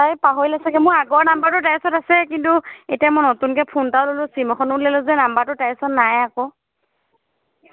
তাই পাহৰিলে চাগৈ মোৰ আগৰ নাম্বাৰটো তাইৰ ওচৰত আছে কিন্তু এতিয়া মই নতুনকৈ ফোন এটাও ল'লোঁ চিম এখনো ওলিয়ালোঁ যে নাম্বাৰটো তাইৰ ওচৰত নাই আকৌ